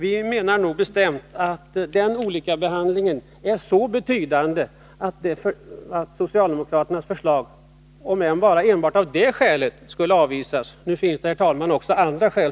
Vi menar bestämt att olikabehandling ens konsekvenser är så betydande att socialdemokraternas förslag skulle kunna avvisas av enbart det skälet. Nu finns det, herr talman, också andra skäl.